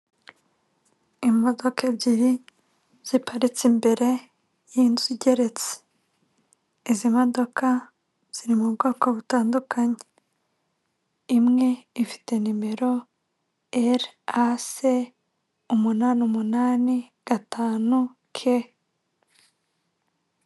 Imodoka ebyiri ziparitse imbere y'inzu igeretse, izi modoka ziri mu bwoko butandukanye imwe ifite nimero RAC umunani umunani gatanu K.